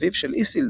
אביו של איסילדור,